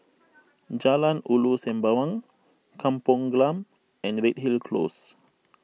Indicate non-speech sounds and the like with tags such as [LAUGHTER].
[NOISE] Jalan Ulu Sembawang Kampong Glam and Redhill Close